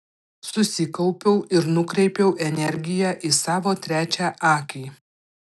susikaupiau ir nukreipiau energiją į savo trečią akį